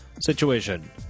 situation